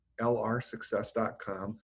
lrsuccess.com